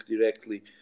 directly